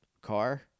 car